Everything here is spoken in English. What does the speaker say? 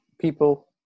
people